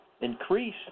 increase